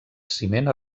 ciment